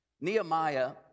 Nehemiah